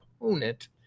opponent